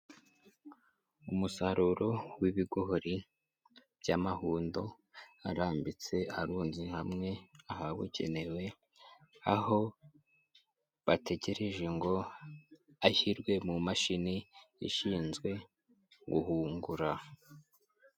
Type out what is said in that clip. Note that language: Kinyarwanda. Umusaruro w'ibigori by'amahundo arambitse arunze hamwe ahabugenewe, aho bategereje ngo ashyirwe mu mashini ishinzwe guhungura.